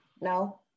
No